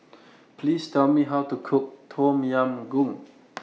Please Tell Me How to Cook Tom Yam Goong